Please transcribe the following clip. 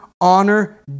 honor